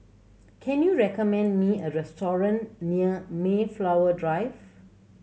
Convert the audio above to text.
can you recommend me a restaurant near Mayflower Drive